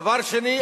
דבר שני,